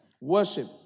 Worship